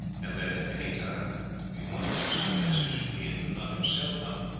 and that at any time if he wanted to send a message to me and could not himself come,